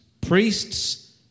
priests